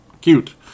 cute